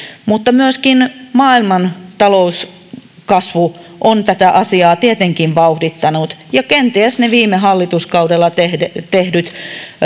mutta myöskin maailman talouskasvu on tätä asiaa tietenkin vauhdittanut ja kenties ne viime hallituskaudella tehdyt tehdyt